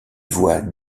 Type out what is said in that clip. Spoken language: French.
voies